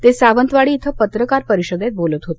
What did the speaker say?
ते सावंतवाडी इथं पत्रकर परिषदेत बोलत होते